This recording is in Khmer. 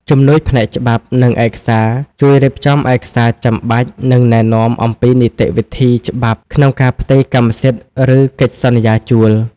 ជំនួយផ្នែកច្បាប់ និងឯកសារ ជួយរៀបចំឯកសារចាំបាច់ និងណែនាំអំពីនីតិវិធីច្បាប់ក្នុងការផ្ទេរកម្មសិទ្ធិ ឬកិច្ចសន្យាជួល។